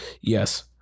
Yes